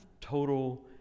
total